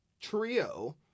trio